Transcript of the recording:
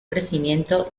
crecimiento